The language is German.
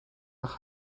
nach